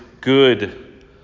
good